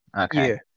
Okay